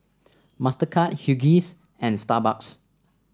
Mastercard Huggies and Starbucks